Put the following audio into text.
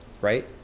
right